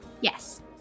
Yes